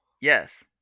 Yes